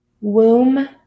Womb